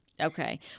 Okay